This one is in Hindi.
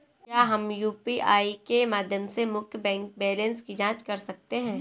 क्या हम यू.पी.आई के माध्यम से मुख्य बैंक बैलेंस की जाँच कर सकते हैं?